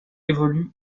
évoluent